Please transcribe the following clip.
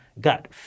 got